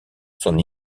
son